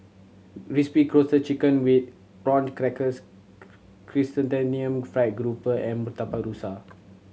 Crispy Roasted Chicken with Prawn Crackers Chrysanthemum Fried Grouper and Murtabak Rusa